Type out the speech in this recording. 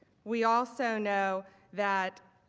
we also know that